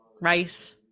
rice